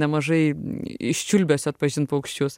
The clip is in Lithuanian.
nemažai iš čiulbesio atpažint paukščius